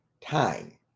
Time